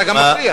אתה גם מפריע.